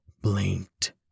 blinked